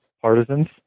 partisans